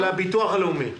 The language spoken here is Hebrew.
של הביטוח הלאומי.